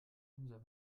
unser